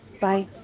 bye